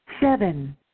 seven